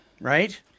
right